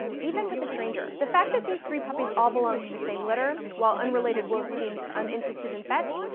even with a stranger. the fact that these three puppies all belonged to the same litter, while unrelated wolves seemed uninterested in fetch,